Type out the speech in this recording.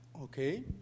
Okay